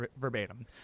verbatim